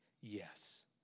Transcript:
yes